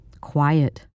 quiet